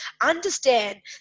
Understand